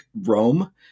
Rome